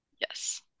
Yes